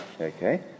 Okay